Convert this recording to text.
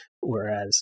Whereas